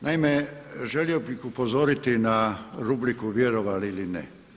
Naime želio bih upozoriti na rubriku vjerovali ili ne.